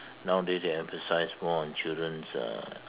nowadays they emphasize more on children's uh